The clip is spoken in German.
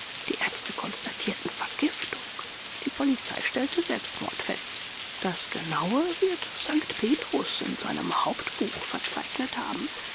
die ärzte konstatierten vergiftung die polizei stellte selbstmord fest das genaue wird sankt petrus in seinem hauptbuch verzeichnet haben